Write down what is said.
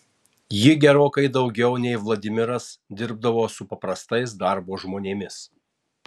ji gerokai daugiau nei vladimiras dirbdavo su paprastais darbo žmonėmis